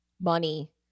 money